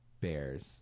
bears